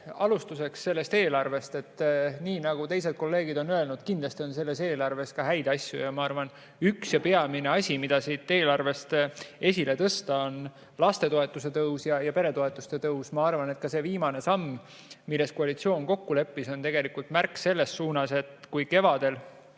Alustuseks sellest eelarvest. Nii nagu teised kolleegid on öelnud, kindlasti on selles eelarves ka häid asju. Ma arvan, et üks ja peamine asi, mida siit eelarvest esile tõsta, on lastetoetuse tõus ja peretoetuste tõus. Ma arvan, et ka see viimane samm, milles koalitsioon kokku leppis, on märk sellest, et kui kevadel